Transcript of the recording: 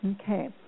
Okay